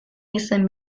izen